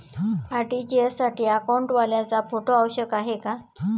RTGS साठी अकाउंटवाल्याचा photo आवश्यक आहे का?